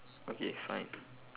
okay fine